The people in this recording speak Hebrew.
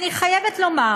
אני חייבת לומר,